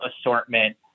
assortment